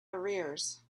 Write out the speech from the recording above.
arrears